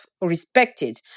respected